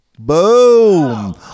Boom